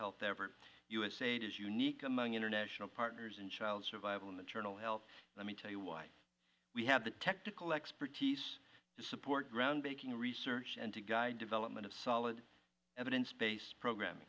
health ever usaid is unique among international partners in child survival maternal health let me tell you why we have the technical expertise to support groundbreaking research and to guide development of solid evidence based program